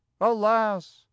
alas